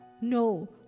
No